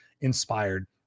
inspired